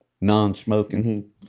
non-smoking